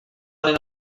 honen